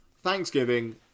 Thanksgiving